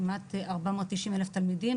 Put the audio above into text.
כמעט 490,000 תלמידים,